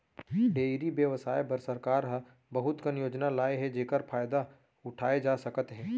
dairy बेवसाय बर सरकार ह बहुत कन योजना लाए हे जेकर फायदा उठाए जा सकत हे